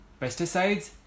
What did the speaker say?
Pesticides